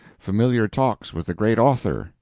familiar talks with the great author.